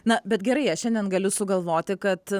na bet gerai aš šiandien galiu sugalvoti kad